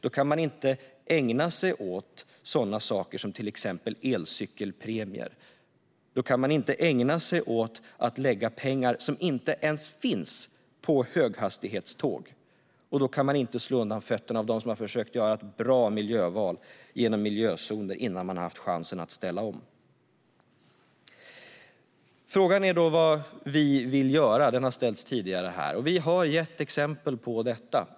Då kan man inte ägna sig åt sådant som till exempel elcykelpremier eller lägga pengar som inte ens finns på höghastighetståg, och man kan inte genom miljözoner slå undan fötterna på dem som har försökt göra ett bra miljöval, innan de har getts chansen att ställa om. Frågan, som har ställts tidigare här, är vad vi vill göra. Vi har gett exempel på det.